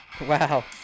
wow